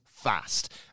fast